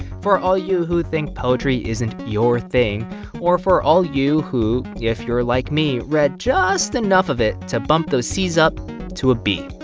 for all you who think poetry isn't your thing or for all you who, yeah if you're like me, read just enough of it to bump those cs up to a b